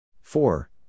Four